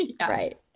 Right